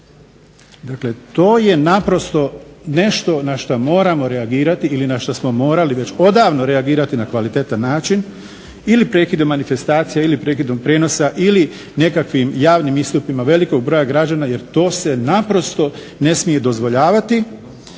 Dakle, to je naprosto nešto na što moramo reagirati ili na što smo morali već odavno reagirati na kvalitetan način ili prekidom manifestacija ili prekidom prijenosa ili nekakvim javnim istupima velikog broja građana jer to se naprosto ne smije dozvoljavati